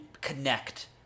connect